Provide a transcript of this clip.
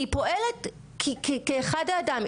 היא פועלת כאחד האדם,